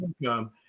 income